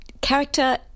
character